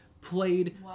played